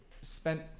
spent